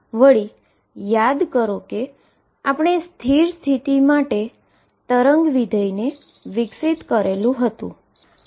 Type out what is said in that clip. વળી યાદ કરો કે આપણે સ્ટેશનરી સ્ટેટ માટે વેવ ફંક્શન ને વિકસિત કરેલ હતું